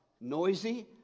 noisy